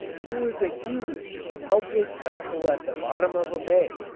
here is a huge, helpless vessel at the bottom of a bay,